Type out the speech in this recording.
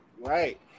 Right